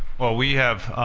well, we have